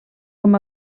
com